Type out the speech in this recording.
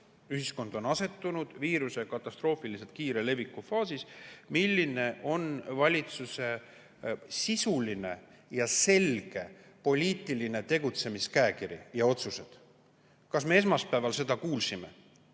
ühiskond on asetunud viiruse katastroofiliselt kiire leviku faasis, valitsuse sisuline ja selge poliitiline tegutsemiskäekiri ja otsused. Kas me esmaspäeval seda kuulsime?